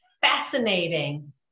Fascinating